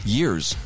years